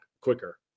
quicker